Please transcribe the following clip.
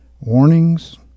warnings